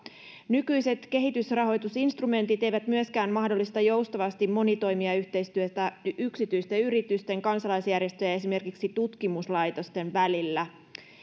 nykyiset kehitysrahoitusinstrumentit eivät myöskään mahdollista joustavasti monitoimijayhteistyötä yksityisten yritysten kansalaisjärjestöjen ja esimerkiksi tutkimuslaitosten välillä